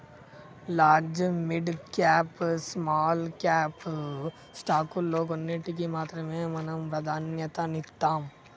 large, mid cap, small cap స్టాకుల్లో కొన్నిటికి మాత్రమే మనం ప్రాధన్యతనిత్తాం